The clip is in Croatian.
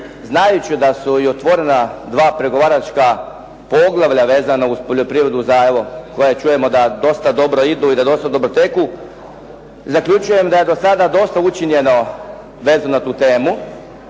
znajući da su otvorena dva pregovaračka poglavlja vezana uz poljoprivredu, koja čujemo da dosta dobro idu i da dosta dobro teku, zaključujem da je do sada dosta učinjeno vezano na tu temu.